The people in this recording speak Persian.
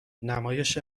نمایش